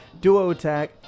DuoAttack